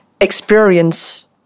experience